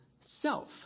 self